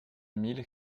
mille